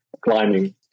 climbing